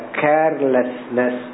carelessness